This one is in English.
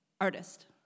artist